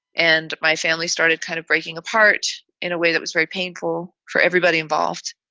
and my family started kind of breaking apart in a way that was very painful for everybody involved.